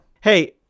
Hey